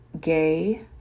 gay